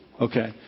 Okay